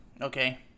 Okay